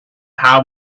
how